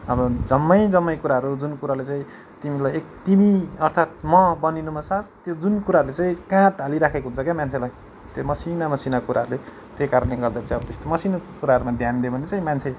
हाम्रो जम्मै जम्मै कुराहरू जुन कुराले चाहिँ तिमीलाई तिमी अर्थात म बनिनुमा त्यो जुन कुराहरूले चाहिँ काँध हालिराखेको हुन्छ क्या मान्छेलाई त्यो मसिना मसिना कुराहरूले त्यही कारणले गर्दा चाहिँ अब त्यस्तो मसिनो कुराहरूमा ध्यान दियो भने चाहिँ मान्छे